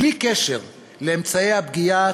בלי קשר לאמצעי הפגיעה,